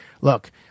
look